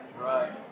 Right